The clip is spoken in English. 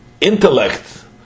intellect